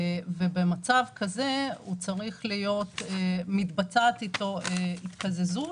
במצב כזה מתבצעת אתו התקזזות,